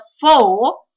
four